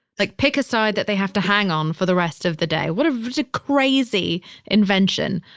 like pick a side that they have to hang on for the rest of the day. what a crazy invention.